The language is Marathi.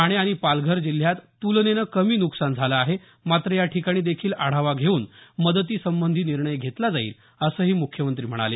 ठाणे आणि पालघर जिल्ह्यात तुलनेनं कमी नुकसान झालं आहे मात्र या ठिकाणी देखील आढावा घेऊन मदतीसंबंधी निर्णय घेतला जाईल असंही मुख्यमंत्री म्हणाले